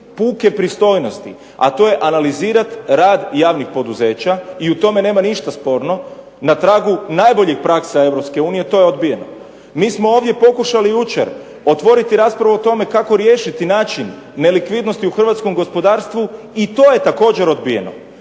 puke pristojnosti, a to je analizirati rad javnih poduzeća, i u tome nema ništa sporno, na tragu najboljih praksa EU, to je odbijeno. Mi smo ovdje pokušali jučer otvoriti raspravu o tome kako riješiti način nelikvidnosti u hrvatskom gospodarstvu, i to je također odbijeno.